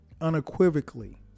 unequivocally